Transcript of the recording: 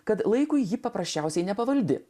kad laikui ji paprasčiausiai nepavaldi